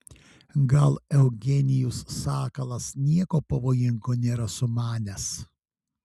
gal eugenijus sakalas nieko pavojingo nėra sumanęs